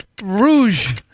Rouge